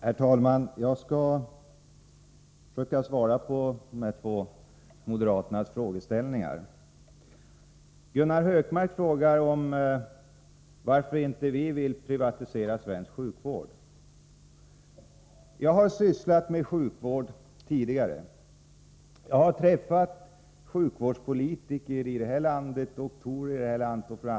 Herr talman! Två moderater har här ställt några frågor, och jag skall försöka besvara dessa. Gunnar Hökmark frågar varför vi socialdemokrater inte vill privatisera svensk sjukvård. Jag har sysslat med sjukvård tidigare, och jag har träffat både svenska och utländska sjukvårdspolitiker och doktorer.